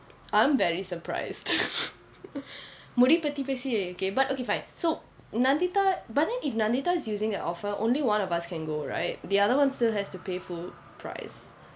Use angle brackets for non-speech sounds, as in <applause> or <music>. I'm very surprised <laughs> முடி பத்தி பேசி:mudi pathi pesi but okay fine so nandita but then if nandita is using that offer only one of us can go right the other one still has to pay full price